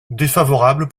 défavorable